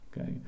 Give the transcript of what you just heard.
Okay